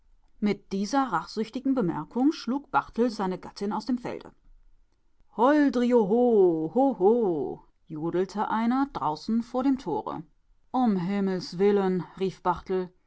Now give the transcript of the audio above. mit dieser rachsüchtigen bemerkung schlug barthel seine gattin aus dem felde holdrioho hoho jodelte einer draußen vor dem tore um himmels willen rief